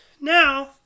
now